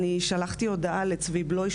אני שלחתי הודעה לצבי בלויש,